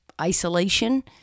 isolation